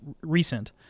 recent